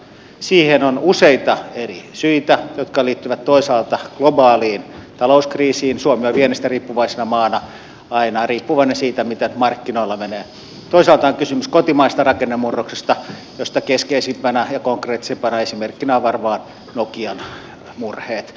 siihen on useita eri syitä jotka liittyvät toisaalta globaaliin talouskriisiin suomi on viennistä riippuvaisena maana aina riippuvainen siitä miten markkinoilla menee ja toisaalta on kysymys kotimaisesta rakennemurroksesta josta keskeisimpänä ja konkreettisimpana esimerkkinä ovat varmaan nokian murheet